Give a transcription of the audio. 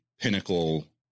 pinnacle